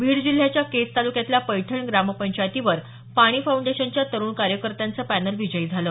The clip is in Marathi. बीड जिल्ह्याच्या केज तालुक्यातल्या पैठण ग्रामपंचायतीवर पाणी फाऊंडेशनच्या तरुण कार्यकर्त्यांचं पॅनेल विजयी झालं